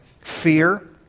fear